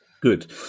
good